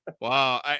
Wow